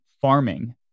farming